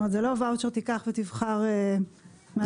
זה לא ואוצ'ר שנותן לך לבחור משהו פתוח.